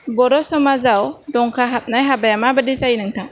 बर' समाजाव दंखा हाबनाय हाबाया मा बायदि जायो नोंथां